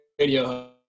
radio